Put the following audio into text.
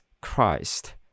Christ